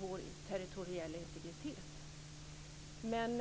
vår territoriella integritet. Men